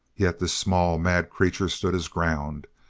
yet this small, mad creature stood his ground,